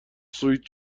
سویت